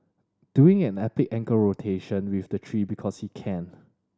doing an epic ankle rotation with the tree because he can